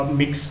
mix